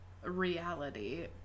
Reality